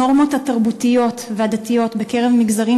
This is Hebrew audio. הנורמות התרבותיות והדתיות בקרב מגזרים